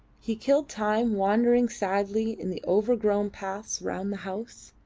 he killed time wandering sadly in the overgrown paths round the house,